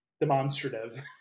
demonstrative